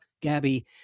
Gabby